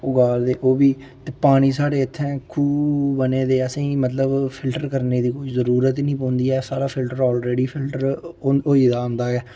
उग्गा दे ओह्बी ते पानी साढ़े इ'त्थें खूह् बने दे असें गी मतलब फिल्टर करने दी कोई जरूरत निं पौंदी ऐ साढ़ा फिल्टर ऑलरेडी फिल्टर होई गेदा होंदा ऐ